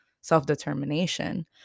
self-determination